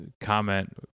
comment